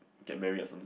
get married or something